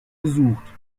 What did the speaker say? gesucht